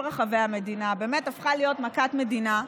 רחבי המדינה באמת הפכה להיות מכת מדינה.